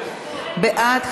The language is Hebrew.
לוועדה את